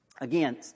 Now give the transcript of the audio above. Again